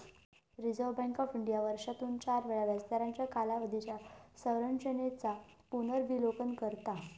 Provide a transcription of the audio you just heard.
reserve bank of India वर्षातून चार वेळा व्याजदरांच्या कालावधीच्या संरचेनेचा पुनर्विलोकन करता